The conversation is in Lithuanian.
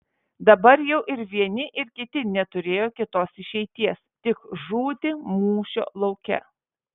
dabar jau ir vieni ir kiti neturėjo kitos išeities tik žūti mūšio lauke